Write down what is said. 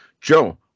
Joe